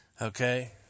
Okay